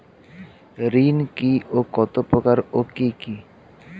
ঋণ কি ও কত প্রকার ও কি কি?